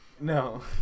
No